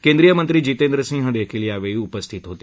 केंद्रीय मंत्री जितेंद्र सिह देखील यावेळी उपस्थित होते